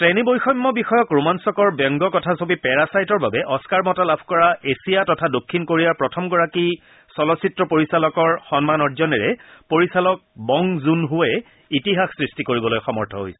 শ্ৰেণীবৈষম্য বিষয়ক ৰোমান্সকৰ ব্যংগ কথাছবি পেৰাছাইটৰ বাবে অস্বাৰ বঁটা লাভ কৰা এছিয়া তথা দক্ষিণ কোৰিয়াৰ প্ৰথমগৰাকী চলচ্চিত্ৰ পৰিচালকৰ সন্মান অৰ্জনেৰে পৰিচালক বং জুন হোৱে ইতিহাস সৃষ্টি কৰিবলৈ সমৰ্থ হৈছে